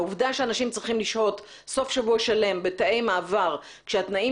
העובדה שאנשים צריכים לשהות סוף שבוע שלם בתאי מעבר כשהתנאים